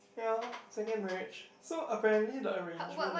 ya second marriage so apparently the arrangement is